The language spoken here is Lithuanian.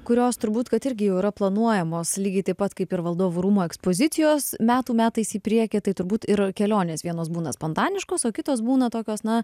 kurios turbūt kad irgi jau yra planuojamos lygiai taip pat kaip ir valdovų rūmų ekspozicijos metų metais į priekį tai turbūt ir kelionės vienos būna spontaniškos o kitos būna tokios na